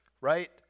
right